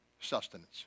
sustenance